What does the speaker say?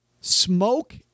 Smoke